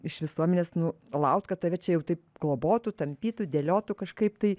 iš visuomenės nu lauk kad tave čia jau taip globotų tampytų dėliotų kažkaip tai